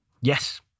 Yes